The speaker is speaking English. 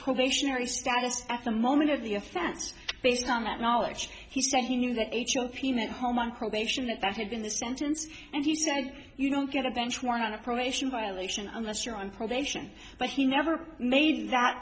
probationary status at the moment of the offense based on that knowledge he said he knew that a cioppino at home on probation and that had been the sentence and he said you don't get a bench warrant on a probation violation unless you're on probation but he never made that